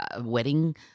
wedding